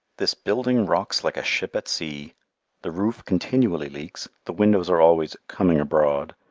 this building rocks like a ship at sea the roof continually leaks, the windows are always coming abroad,